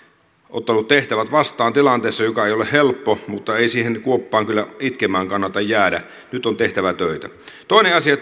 ottanut tehtävät vastaan tilanteessa joka ei ole helppo mutta ei siihen kuoppaan kyllä itkemään kannata jäädä nyt on tehtävä töitä toinen asia